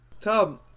tom